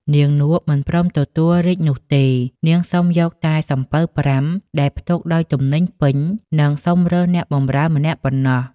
នាងនក់មិនព្រមទទួលរាជ្យនោះទេ នាងសុំយកតែសំពៅ ៥ ដែលផ្ទុកដោយ ទំនិញពេញ និងសុំរើសអ្នកបម្រើម្នាក់ប៉ុណ្ណោះ ។